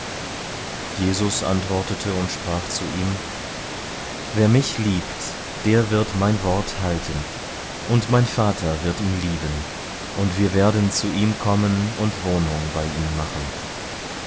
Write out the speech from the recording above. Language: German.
jesus antwortete und sprach zu ihm wer mich liebt der wird mein wort halten und mein vater wird ihn lieben und wir werden zu ihm kommen und wohnung bei ihm machen